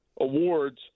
awards